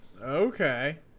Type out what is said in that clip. Okay